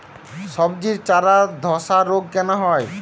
সবজির চারা ধ্বসা রোগ কেন হয়?